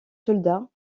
soldats